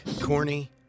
Corny